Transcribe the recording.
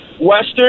Western